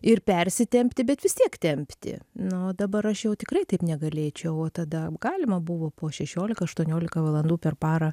ir persitempti bet vis tiek tempti nu dabar aš jau tikrai taip negalėčiau o tada galima buvo po šešiolika aštuoniolika valandų per parą